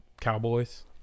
Cowboys